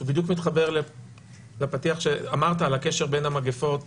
שבדיוק מתחבר לפתיח שאמרת על הקשר בין המגיפות